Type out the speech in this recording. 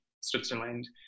switzerland